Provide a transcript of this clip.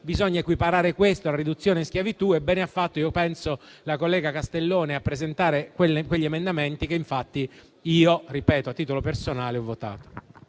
bisogna equiparare questo alla riduzione in schiavitù e bene ha fatto la collega Castellone a presentare quegli emendamenti che infatti ho votato a titolo personale.